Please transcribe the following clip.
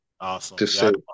Awesome